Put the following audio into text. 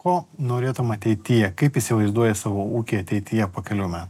ko norėtum ateityje kaip įsivaizduoji savo ūkį ateityje po kelių metų